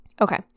Okay